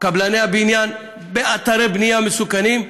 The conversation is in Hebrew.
קבלני הבניין באתרי בנייה מסוכנים,